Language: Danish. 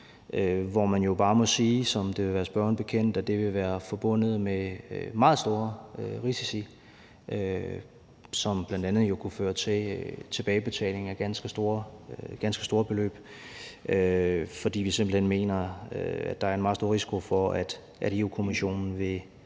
må man jo bare sige, som det vil være spørgeren bekendt, at det vil være forbundet med meget store risici, som bl.a. kunne føre til tilbagebetaling af ganske store beløb. For vi mener simpelt hen, at der er en meget stor risiko for, at EU-Kommissionen vil